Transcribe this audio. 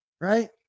right